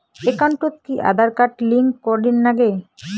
একাউন্টত কি Aadhaar card link করের নাগে?